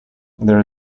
there